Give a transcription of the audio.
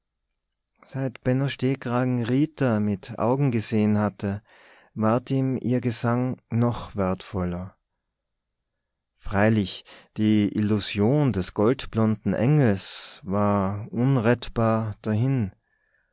seit benno stehkragen rita mit augen gesehen hatte ward ihm ihr gesang noch wertvoller freilich die illusion des goldblonden engels war unrettbar dahin